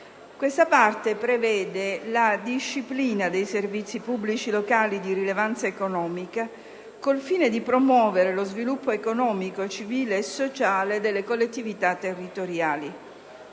Questa parte prevede la disciplina dei servizi pubblici locali di rilevanza economica col fine di promuovere lo sviluppo economico, civile e sociale delle collettività territoriali.